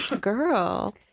girl